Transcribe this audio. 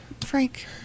Frank